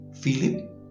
Philip